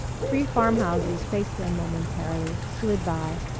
three farmhouses faced them momentarily, slid by.